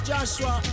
Joshua